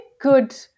good